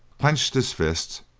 clenched his fists,